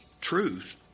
truth